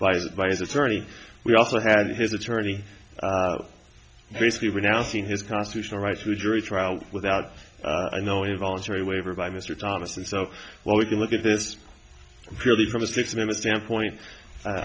by his attorney we also had his attorney basically renouncing his constitutional right to jury trial without knowing a voluntary waiver by mr thomas and so while we can look at this purely from a